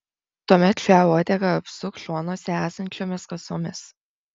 tuomet šią uodegą apsuk šonuose esančiomis kasomis